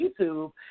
YouTube